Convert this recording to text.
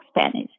Spanish